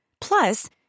Plus